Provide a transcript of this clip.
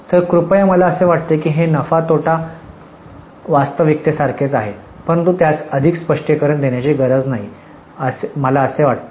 तर कृपया मला असे वाटते की हे नफा तोटा वास्तविकतेसारखेच आहे परंतु त्यास अधिक स्पष्टीकरण देण्याची गरज नाही असे मला वाटते